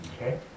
Okay